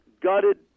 gutted